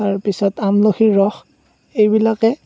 তাৰ পিছত আমলখিৰ ৰস এইবিলাকে